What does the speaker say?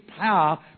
power